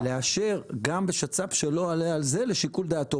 לאשר גם בשצ"פ שלא יעלה על זה לשיקול דעתו.